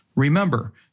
Remember